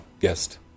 guest